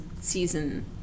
season